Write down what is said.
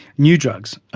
new drugs.